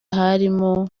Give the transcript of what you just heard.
harimo